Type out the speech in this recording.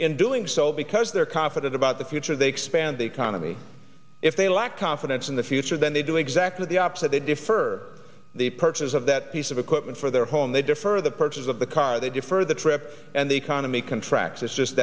in doing so because they're confident about the future they expand the economy if they lack confidence in the future then they do exactly the opposite they defer the purchase of that piece of equipment for their home they defer the purchase of the car they defer the trip and the economy contracts it's just